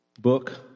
book